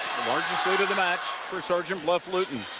larnlgest lead of the match for sergeant bluff-luton.